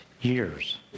years